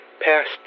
past